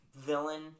villain